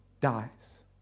dies